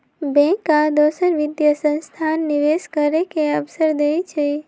bank आ दोसर वित्तीय संस्थान निवेश करे के अवसर देई छई